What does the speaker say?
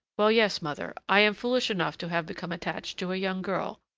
well, yes, mother, i am foolish enough to have become attached to a young girl,